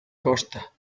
costa